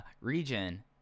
region